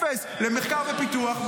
אפס למחקר ופיתוח,